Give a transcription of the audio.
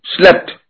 slept